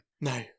No